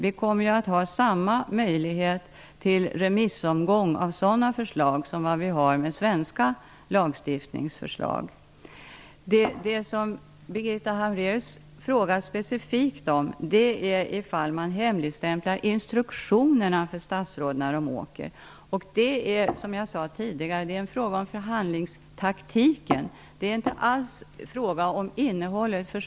Vi kommer att ha samma möjligheter till remissomgångar angående sådana förslag som vi har med svenska lagstiftningsförslag. Birgitta Hambraeus frågar specifikt om instruktioner till statsråden hemligstämplas. Det är fråga om förhandlingstaktik. Det är inte alls fråga om innehållet.